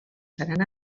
seran